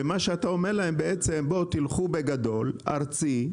ומה שאתה אומר להם הוא שילכו בגדול באופן ארצי,